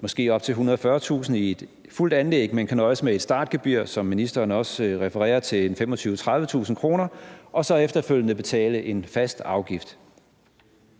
måske op til 140.000 kr. i et fuldt anlæg, men kan nøjes med et startgebyr, som ministeren også refererer til, til 25-30.000 kr. og så efterfølgende betale en fast afgift.